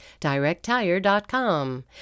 directtire.com